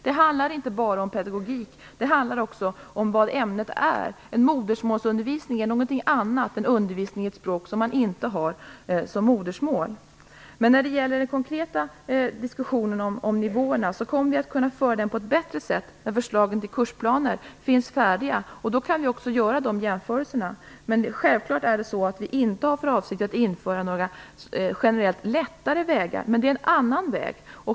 Det handlar inte bara om pedagogik, utan också om vad ämnet innebär. En modersmålsundervisning är någonting annat än undervisning i ett språk som man inte har som modersmål. Den konkreta diskussionen om nivåerna kommer vi dock att kunna föra på ett bättre sätt när förslaget till kursplaner är färdiga. Då kan vi också göra de jämförelserna. Men vi har självfallet inte för avsikt att införa några generellt lättare vägar. Det är en annan väg.